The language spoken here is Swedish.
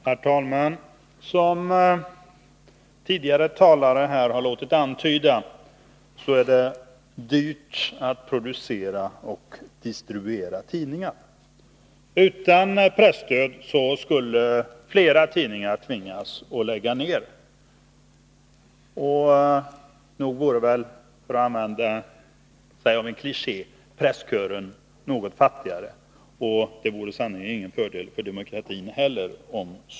Herr talman! Som tidigare talare här har låtit antyda är det dyrt att producera och distribuera tidningar. Utan presstöd skulle flera tidningar tvingas lägga ned. Nog vore väl — för att använda en kliché —presskören något fattigare om så skulle behöva ske, och det vore sannerligen ingen fördel för demokratin heller.